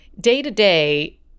day-to-day